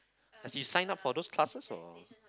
as you sign up for those classes or